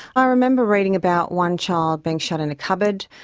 i remember reading about one child being shut in a cupboard,